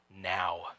now